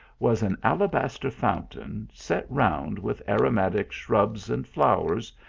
was an alabaster fountain, set round with aromatic shrubs and flowers,